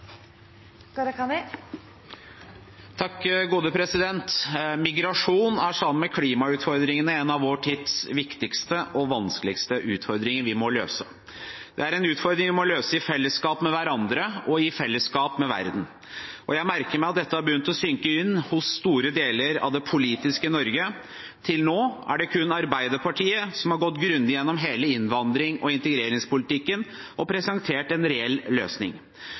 en utfordring vi må løse i fellesskap med hverandre og i fellesskap med verden. Jeg merker meg at dette har begynt å synke inn hos store deler av det politiske Norge. Til nå er det kun Arbeiderpartiet som har gått grundig gjennom hele innvandrings- og integreringspolitikken og presentert en reell løsning